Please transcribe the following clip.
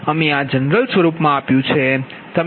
અમે આ જનરલ સ્વરૂપમા આપ્યુ છે